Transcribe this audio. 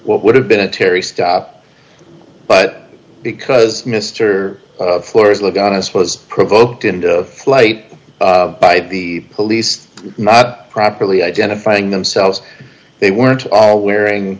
what would have been a terry stop but because mr floors look at us was provoked into flight by the police not properly identifying themselves they weren't all wearing